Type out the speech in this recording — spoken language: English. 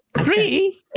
Three